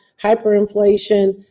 hyperinflation